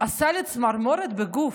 עשה לי צמרמורת בגוף.